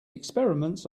experiments